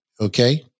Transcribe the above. okay